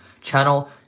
channel